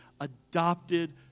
adopted